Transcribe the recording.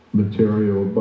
material